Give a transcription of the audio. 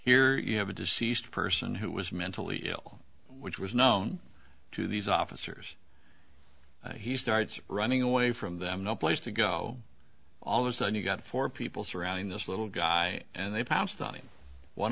here you have a deceased person who was mentally ill which was known to these officers he starts running away from them no place to go all those and you've got four people surrounding this little guy and they pounced on